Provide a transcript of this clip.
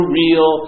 real